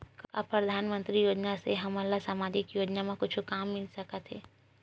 का परधानमंतरी योजना से हमन ला सामजिक योजना मा कुछु काम मिल सकत हे?